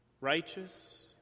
righteous